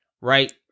right